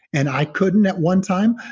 and i couldn't at one time,